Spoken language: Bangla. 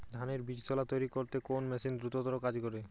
ধানের বীজতলা তৈরি করতে কোন মেশিন দ্রুততর কাজ করে?